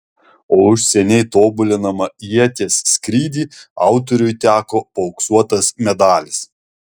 o už seniai tobulinamą ieties skrydį autoriui teko paauksuotas medalis